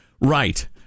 Right